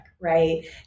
right